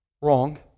wrong